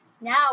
Now